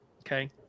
Okay